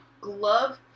glove